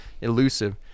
Elusive